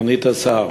תודה, סגנית השר,